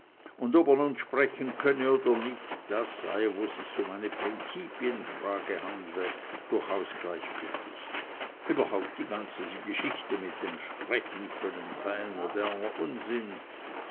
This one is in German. und ob er nun sprechen könne oder nicht das sei wo sich's um eine prinzipienfrage handle durchaus gleichgültig überhaupt die ganze geschichte mit dem sprechenkönnen sei ein moderner unsinn